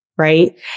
Right